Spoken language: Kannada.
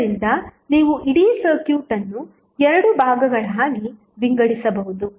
ಆದ್ದರಿಂದ ನೀವು ಇಡೀ ಸರ್ಕ್ಯೂಟ್ ಅನ್ನು 2 ಭಾಗಗಳಾಗಿ ವಿಂಗಡಿಸಬಹುದು